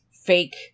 Fake